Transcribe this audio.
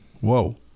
whoa